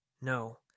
No